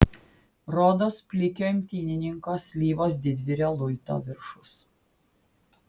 rodos plikio imtynininko slyvos didvyrio luito viršus